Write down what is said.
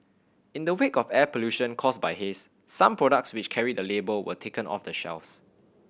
in the wake of air pollution caused by haze some products which carry the label were taken off the shelves